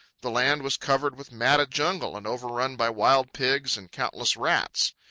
the land was covered with matted jungle and overrun by wild pigs and countless rats.